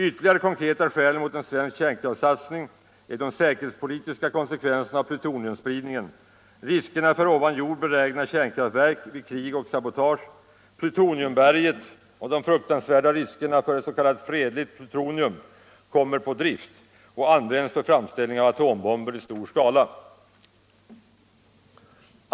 Ytterligare konkreta skäl mot en svensk kärnkraftssatsning är de säkerhets politiska konsekvenserna av plutoniumspridningen, riskerna för ovan jord belägna kärnkraftverk vid krig och sabotage, ”plutoniumberget” och de fruktansvärda riskerna för att s.k. fredligt plutonium kommer på drift och används för framställning av atombomber i stor skala.